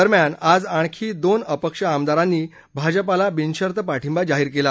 दरम्यान आज आणखी दोन अपक्ष आमदारांनी भाजपाला बिनशर्त पाठिंबा जाहीर केला